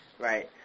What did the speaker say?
right